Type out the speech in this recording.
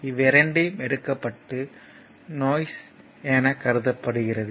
இவ்வ்விரண்டையும் எடுக்கப்பட்டு நோய்ஸ் என கருதப்படுகிறது